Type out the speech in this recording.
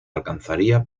alcanzaría